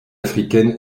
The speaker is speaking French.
africaine